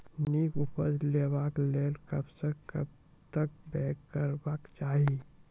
नीक उपज लेवाक लेल कबसअ कब तक बौग करबाक चाही?